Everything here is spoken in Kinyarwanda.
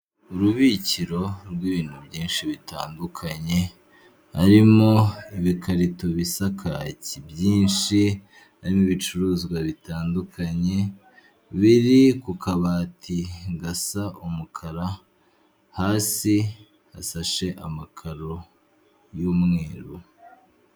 Urubikiro rw'ibintu byinshi bitandukanye, harimo ibikarito bisa kaki byinshi n'ibicuruzwa bitandukanye biri ku kabati gasa umukara hasi hasashe amakaro y'umweru.